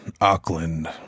Auckland